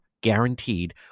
guaranteed